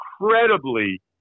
incredibly